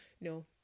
No